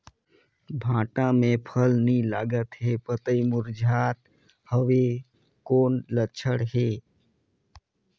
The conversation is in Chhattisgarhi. भांटा मे फल नी लागत हे पतई मुरझात हवय कौन लक्षण हे?